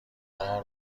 غار